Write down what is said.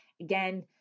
Again